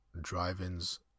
Drive-ins